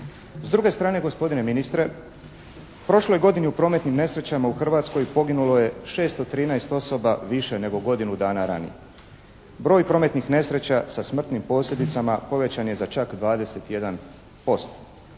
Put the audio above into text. S druge strane gospodine ministre u prošloj godini u prometnim nesrećama u Hrvatskoj poginulo je 613 osoba više nego godinu dana ranije. Broj prometnih nesreća sa smrtnim posljedicama povećan je za čak 21%,